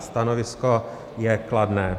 Stanovisko je kladné.